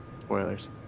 Spoilers